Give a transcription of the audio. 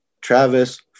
Travis